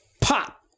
pop